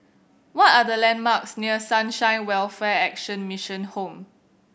what are the landmarks near Sunshine Welfare Action Mission Home